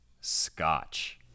scotch